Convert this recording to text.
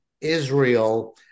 Israel